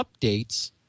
updates